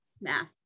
Math